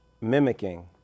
mimicking